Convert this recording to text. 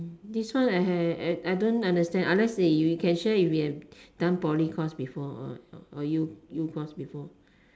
this one I have I I don't understand unless you can share you done poly course before or U course before